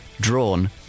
Drawn